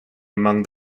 among